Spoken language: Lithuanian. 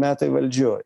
metai valdžioj